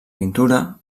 pintura